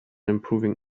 improving